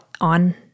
on